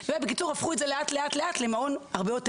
בקיצור הפכו את זה לאט לאט למעון הרבה יותר